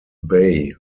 bay